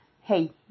hey